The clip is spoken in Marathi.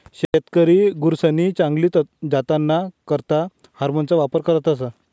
शेतकरी गुरसनी चांगली जातना करता हार्मोन्सना वापर करतस